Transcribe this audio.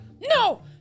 No